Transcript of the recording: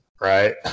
Right